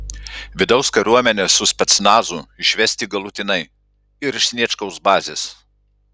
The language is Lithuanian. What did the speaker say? vidaus kariuomenę su specnazu išvesti galutinai ir iš sniečkaus bazės